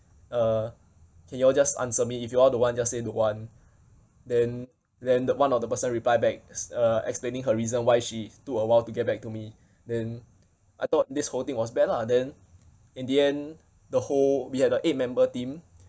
uh can you all just answer me if you all don't want just say don't want then then the one of the person reply back s~ uh explaining her reason why she took a while to get back to me then I thought this whole thing was bad lah then in the end the whole we had the eight member team